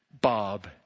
Bob